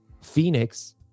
Phoenix